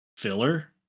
filler